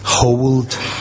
Hold